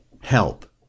help